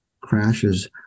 crashes